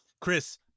chris